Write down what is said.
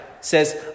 says